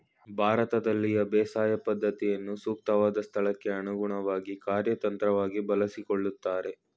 ಭಾರತದಲ್ಲಿನ ಬೇಸಾಯ ಪದ್ಧತಿನ ಸೂಕ್ತವಾದ್ ಸ್ಥಳಕ್ಕೆ ಅನುಗುಣ್ವಾಗಿ ಕಾರ್ಯತಂತ್ರವಾಗಿ ಬಳಸ್ಕೊಳ್ತಾರೆ